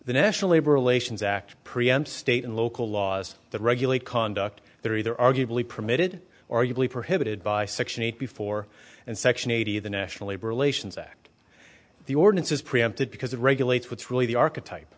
the national labor relations act preempt state and local laws that regulate conduct they're either arguably permitted or usually prohibited by section eight before and section eighty the national labor relations act the ordinance is preempted because it regulates what's really the arch